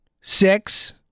six